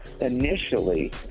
Initially